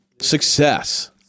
success